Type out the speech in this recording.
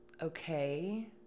okay